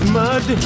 mud